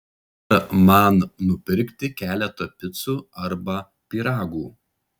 ar man nupirkti keletą picų arba pyragų